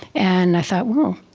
and i thought, oh